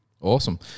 Awesome